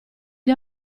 gli